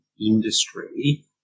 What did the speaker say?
industry